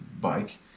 bike